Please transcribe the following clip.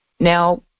Now